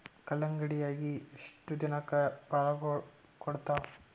ಕಲ್ಲಂಗಡಿ ಅಗಿ ಎಷ್ಟ ದಿನಕ ಫಲಾಗೋಳ ಕೊಡತಾವ?